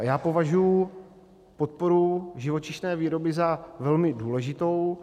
Já považuji podporu živočišné výroby za velmi důležitou.